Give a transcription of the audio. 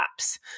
apps